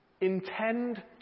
intend